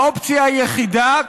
האופציה היחידה,